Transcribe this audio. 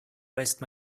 waste